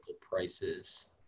prices